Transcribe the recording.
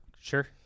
Sure